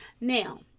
Now